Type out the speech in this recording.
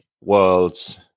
worlds